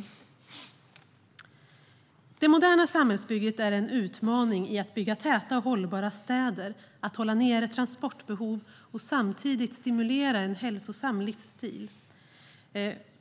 I det moderna samhällsbygget är det en utmaning att bygga täta och hållbara städer för att hålla nere transportbehovet och samtidigt stimulera en hälsosam livsstil.